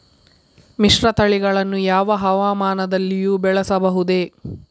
ಮಿಶ್ರತಳಿಗಳನ್ನು ಯಾವ ಹವಾಮಾನದಲ್ಲಿಯೂ ಬೆಳೆಸಬಹುದೇ?